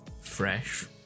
fresh